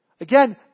Again